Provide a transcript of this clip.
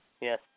Yes